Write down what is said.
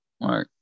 right